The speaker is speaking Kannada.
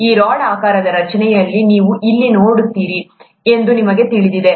ಈ ರಾಡ್ ಆಕಾರದ ರಚನೆಗಳನ್ನು ನೀವು ಇಲ್ಲಿ ನೋಡುತ್ತೀರಿ ಎಂದು ನಿಮಗೆ ತಿಳಿದಿದೆ